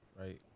right